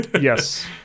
yes